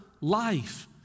life